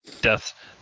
Death